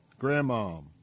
grandmom